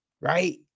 Right